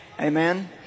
Amen